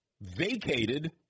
vacated